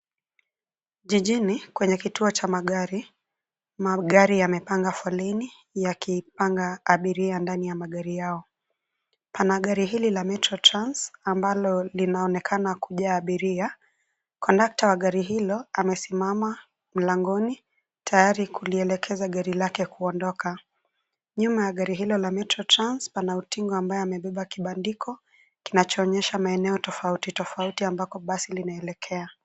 Jijini kwenye kituo cha magari. Magari yamepanga foleni, yakipanga abiria ndani ya magari yao. Pana gari hili la Metro Trans, ambalo linaonekana kujaa abiria. Kondakta wa gari hilo, amesimama mlangoni, tayari kulielekeza gari lake kuondoka. Nyuma ya gari hilo la Metro Trans, pana utingo ambaye amebeba kibandiko, kinachoonyesha maeneo tofauti tofauti ambako basi linaelekea.